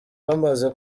bamaze